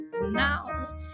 Now